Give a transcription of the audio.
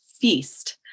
Feast